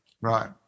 Right